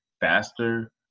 faster